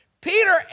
Peter